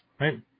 right